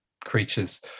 creatures